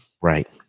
Right